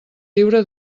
lliure